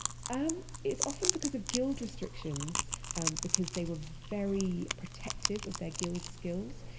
um it's often because of guild restrictions because they were very protective of their guild skills.